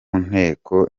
nteko